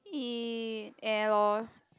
eat air loh